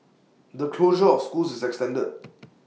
the closure of schools is extended